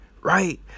right